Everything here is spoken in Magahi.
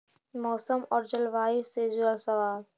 मौसम और जलवायु से जुड़ल सवाल?